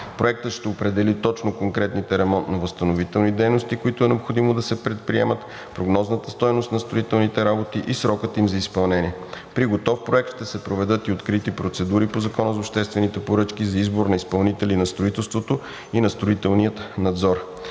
Проектът ще определи точно конкретните ремонтно-възстановителни дейности, които е необходимо да се предприемат, прогнозната стойност на строителните работи и срокът им за изпълнение. При готов проект ще се проведат и открити процедури по Закона за обществените поръчки за избор на изпълнители на строителството и на строителния надзор.